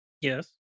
Yes